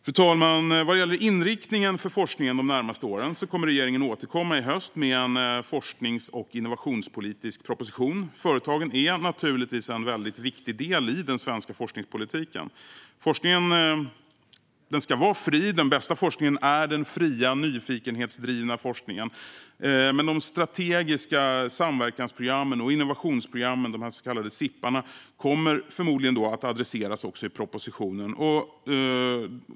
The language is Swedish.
Fru talman! Vad gäller inriktningen för forskningen de närmaste åren kommer regeringen att återkomma i höst med en forsknings och innovationspolitisk proposition. Företagen är naturligtvis en väldigt viktig del i den svenska forskningspolitiken. Forskningen ska vara fri. Den bästa forskningen är den fria, nyfikenhetsdrivna forskningen. Men de strategiska samverkansprogrammen och innovationsprogrammen, de så kallade SIP:arna, kommer förmodligen också att adresseras i propositionen.